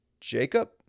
Jacob